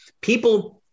people